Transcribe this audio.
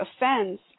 offense